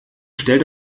stellt